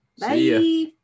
Bye